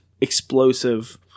explosive